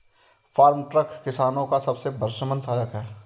farm truck किसानो का सबसे भरोसेमंद सहायक है